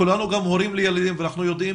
כולנו גם הורים לילדים ואנחנו גם יודעים